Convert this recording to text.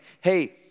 hey